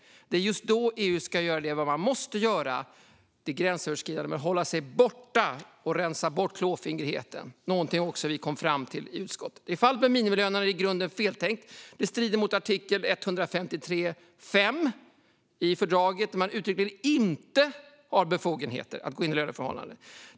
Det är just då EU ska göra det man måste göra, det gränsöverskridande, men hålla sig borta från och rensa bort klåfingrigheten. Detta är någonting vi kom fram till också i utskottet. I fallet med minimilönerna är det hela i grunden feltänkt. Det strider mot artikel l53.5 i fördraget, som säger att man uttryckligen inte har befogenheter att gå in i löneförhållanden.